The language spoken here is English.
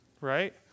Right